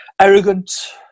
arrogant